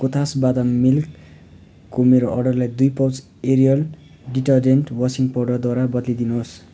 कोथास बादाम मिल्कको मेरो अर्डरलाई दुई पाउच एरियल डिटर्जेन्ट वासिङ् पाउडरद्वारा बद्लिदिनुहोस्